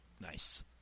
Nice